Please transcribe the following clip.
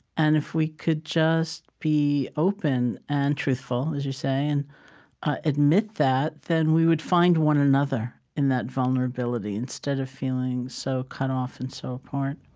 and if we could just be open and truthful, as you say, and admit that, then we would find one another in that vulnerability instead of feeling so cut off and so apart